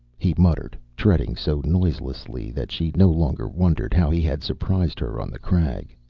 he muttered, treading so noiselessly that she no longer wondered how he had surprised her on the crag.